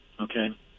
Okay